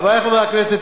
חברי חברי הכנסת,